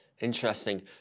Interesting